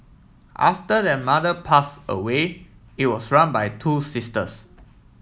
after their mother pass away it was run by two sisters